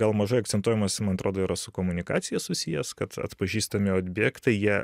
gal mažai akcentuojamas man atrodo yra su komunikacija susijęs kad atpažįstami objektai jie